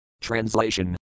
Translation